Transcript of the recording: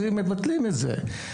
מבטלים את זה.